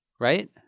right